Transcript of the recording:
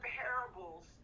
parables